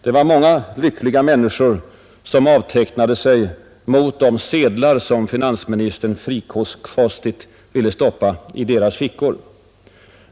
Det var många lyckliga människor som avtecknade sig mot de sedlar finansministern frikostigt ville stoppa i deras fickor.